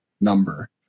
number